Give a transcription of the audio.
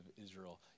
Israel